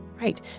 Right